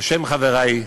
בשם חברי,